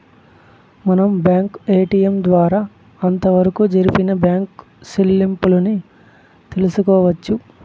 మనం bank ATM ద్వారా అంతవరకు జరిపిన బ్యాంకు సెల్లింపుల్ని తెలుసుకోవచ్చు